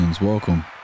Welcome